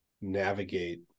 navigate